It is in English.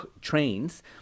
trains